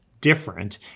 different